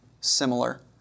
similar